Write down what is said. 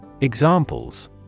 Examples